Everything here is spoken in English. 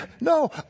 No